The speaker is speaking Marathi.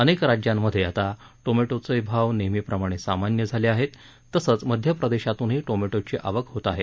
अनेक राज्यांमधे आता टोमॅटोचे भाव नेहमीप्रमाणे सामान्य झाले आहेत तसंच मध्य प्रदेशातूनही टोमॅटोची आवक होत आहे